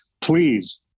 please